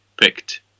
picked